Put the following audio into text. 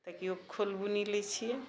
तकियोके खोल बुनी लै छियै